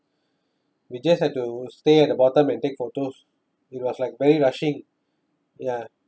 we just have to stay at the bottom and take photos it was like very rushing ya